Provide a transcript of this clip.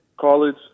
college